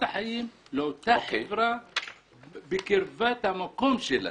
החיים של אותה חברה בקרבת המקום שלה.